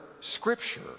Scripture